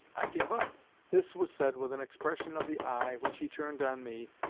i give up this was said with an expression of the eye, which he turned on me,